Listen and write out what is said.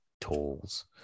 tools